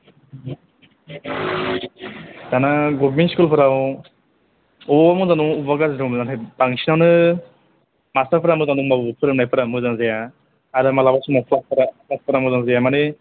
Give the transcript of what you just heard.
दाना गभर्नमेन्ट स्कुलफोराव बबेबा मोजां बबेबा गाज्रि दं नाथाय बांसिनावनो मास्टारफोरा मोजां दंबाबो फोरोंनायफोरा मोजां जाया आरो मालाबा समाव क्लासफोरा मोजां जाया माने